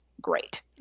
great